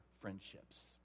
friendships